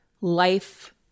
life